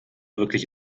wirklich